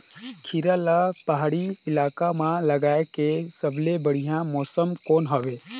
खीरा ला पहाड़ी इलाका मां लगाय के सबले बढ़िया मौसम कोन हवे?